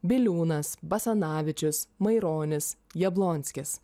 biliūnas basanavičius maironis jablonskis